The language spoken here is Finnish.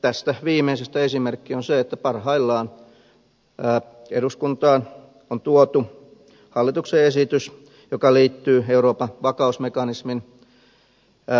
tästä viimeisestä esimerkki on se että parhaillaan eduskuntaan on tuotu hallituksen esitys joka liittyy euroopan vakausmekanismin rakentamiseen